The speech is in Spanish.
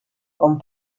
con